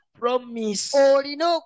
promise